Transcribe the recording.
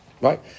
right